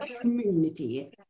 community